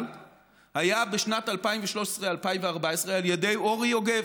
היה בשנת 2013 2014 על ידי אורי יוגב,